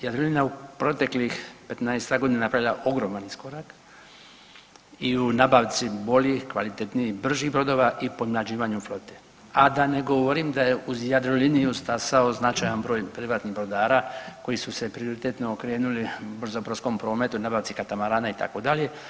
Jadrolinija u proteklih petnaestak godina napravila ogroman iskorak i u nabavci boljih, kvalitetnijih, bržih brodova i pomlađivanju flote, a da ne govorim da je uz Jadroliniju stasao značajan broj privatnih brodara koji su se prioritetno okrenuli brzobrodskom prometu, nabavci katamarana itd.